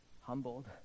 humbled